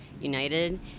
united